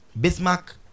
bismarck